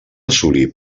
assolir